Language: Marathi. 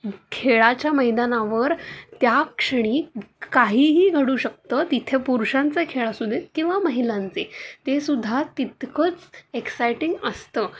खेळाच्या मैदानावर त्या क्षणी काहीही घडू शकतं तिथे पुरुषांचा खेळ असू देत किंवा महिलांचे ते सुद्धा तितकंच एक्साइटिंग असतं